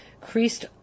increased